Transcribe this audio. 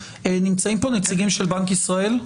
נמצאים פה נציגים של בנק ישראל?